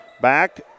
back